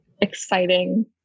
exciting